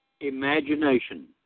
imagination